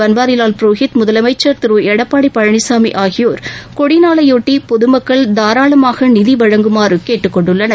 பன்வாரிவால் புரோஹித் முதலமைச்சர் திரு எடப்பாடி பழனிசாமி ஆகியோர் கொடிநாளையொட்டி பொதுமக்கள்தாராளமாக நிதி வழங்குமாறு கேட்டுக்கொண்டுள்ளனர்